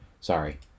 Sorry